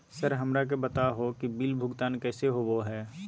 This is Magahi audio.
सर हमरा के बता हो कि बिल भुगतान कैसे होबो है?